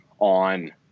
on –